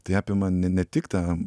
tai apima ne ne tik tą